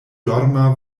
dorma